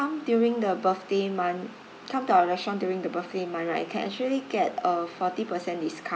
during the birthday month come to our restaurant during the birthday month right you can actually get a forty percent discount